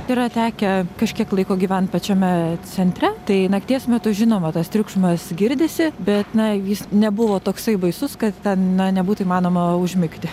yra tekę kažkiek laiko gyvent pačiame centre tai nakties metu žinoma tas triukšmas girdisi bet na jis nebuvo toksai baisus kad ten na nebūtų įmanoma užmigti